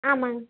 ஆமாங்க